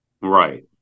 Right